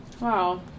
wow